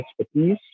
expertise